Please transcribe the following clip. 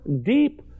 deep